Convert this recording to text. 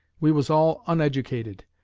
we was all uneducated.